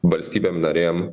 valstybėm narėm